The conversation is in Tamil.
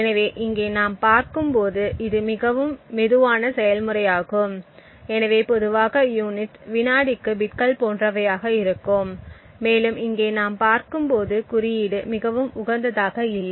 எனவே இங்கே நாம் பார்க்கும்போது இது மிகவும் மெதுவான செயல்முறையாகும் எனவே பொதுவாக யூனிட்ஸ் வினாடிக்கு பிட்கள் போன்றவையாக இருக்கும் மேலும் இங்கே நாம் பார்க்கும்போது குறியீடு மிகவும் உகந்ததாக இல்லை